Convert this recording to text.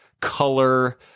color